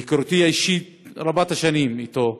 מהיכרותי האישית רבת השנים אתו,